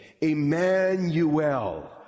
Emmanuel